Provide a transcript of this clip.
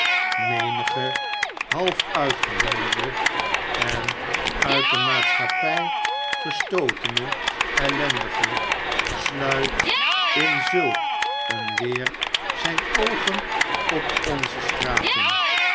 menige half uitgehongerde en uit de maatschappij gestootene ellendige sluit in zulk een weer zijne oogen op onze straten